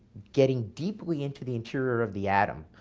getting deeply into the interior of the atom,